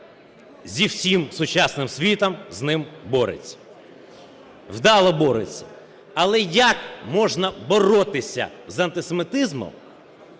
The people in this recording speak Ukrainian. з усім сучасним світом з ним бореться, вдало бореться. Але як можна боротися з антисемітизмом,